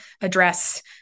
address